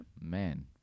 man